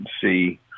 see